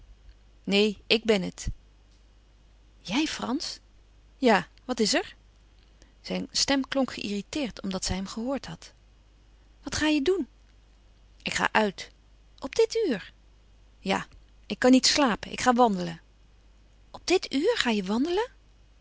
ik ben het jij frans ja wat is er zijn stem klonk ge irriteerd omdat zij hem gehoord had wat ga je doen ik ga uit op dit uur ja ik kan niet slapen ik ga wandelen louis couperus van oude menschen de dingen die voorbij gaan op dit uur ga je wandelen